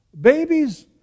Babies